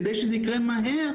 כדי שזה יקרה מהר,